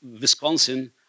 Wisconsin